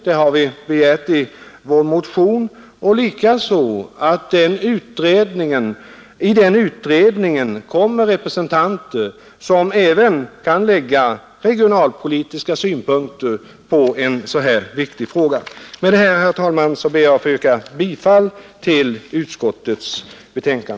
Och jag vill ansluta mig till utskottets förslag att i den utredningen skall placeras personer, som även kan lägga regionalpolitiska synpunkter på en sådan här viktig fråga. Med detta, herr talman, ber jag att få yrka bifall till utskottets hemställan.